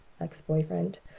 ex-boyfriend